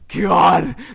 God